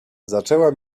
zaczęła